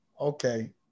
Okay